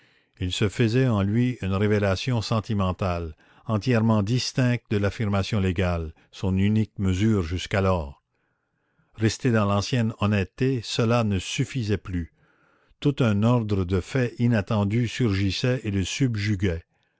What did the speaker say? il se faisait en lui une révélation sentimentale entièrement distincte de l'affirmation légale son unique mesure jusqu'alors rester dans l'ancienne honnêteté cela ne suffisait plus tout un ordre de faits inattendus surgissait et le subjuguait